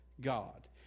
God